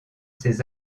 ses